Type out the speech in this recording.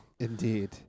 Indeed